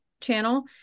channel